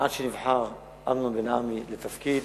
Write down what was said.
עד שנבחר אמנון בן-עמי לתפקיד